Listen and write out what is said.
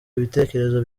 ibitekerezo